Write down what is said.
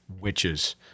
witches